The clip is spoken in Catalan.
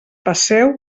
passeu